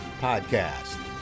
Podcast